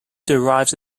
derives